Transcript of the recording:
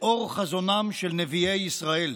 לאור חזונם של נביאי ישראל.